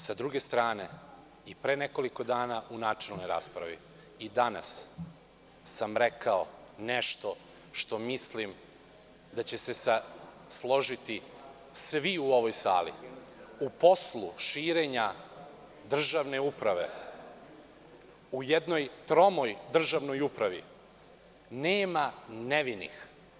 Sa druge strane, i pre nekoliko dana u načelnoj raspravi i danas sam rekao nešto što mislim da će se složiti svi u ovoj sali, u poslu širenja državne uprave, u jednoj tromoj državnoj upravi, nema nevinih.